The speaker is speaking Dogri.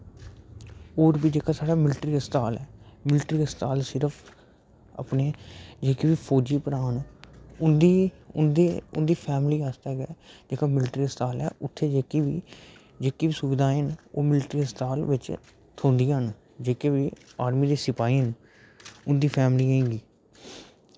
होर बी जेह्का साढ़ा मिलट्री अस्पताल ऐ मिलट्री अस्पताल सिर्फ अपने जेह्के फौजी भ्राऽ न उं'दी उं'दी फैमिली बास्तै गै जेह्का मिलट्री अस्पताल ऐ उत्थै जेेह्की जेह्की बी सुविधा ओह् मिलट्री अस्पताल बिच थ्होंदियां न जेह्के बी आर्मी दे सपाही न उं'दी फैमलियें गी